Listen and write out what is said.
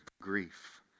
grief